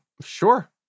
Sure